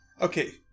Okay